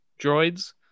droids